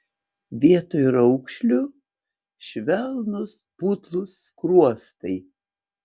vietoj raukšlių švelnūs putlūs skruostai